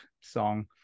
song